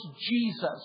Jesus